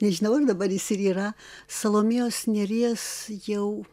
nežinau ar dabar jis ir yra salomėjos nėries jau